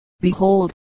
behold